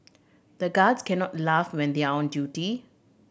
the guards can not laugh when they are on duty